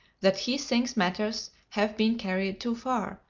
that he thinks matters have been carried too far,